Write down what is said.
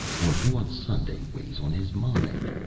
working on sunday weighs on his mind,